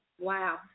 wow